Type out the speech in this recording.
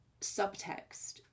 subtext